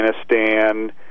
Afghanistan